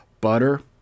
butter